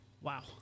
wow